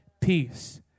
peace